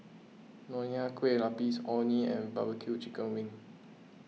Nonya Kueh Lapis Orh Nee and Barbecue Chicken Wings